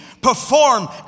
perform